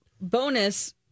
bonus